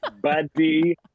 buddy